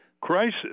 crisis